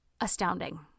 astounding